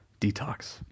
detox